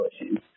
issues